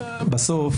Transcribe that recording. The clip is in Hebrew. בסוף,